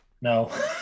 No